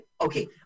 okay